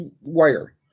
wire